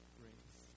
grace